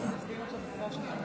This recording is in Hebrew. סעיפים 1 2 נתקבלו.